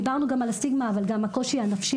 דיברנו גם על הסטיגמה אבל גם הקושי הנפשי,